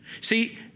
See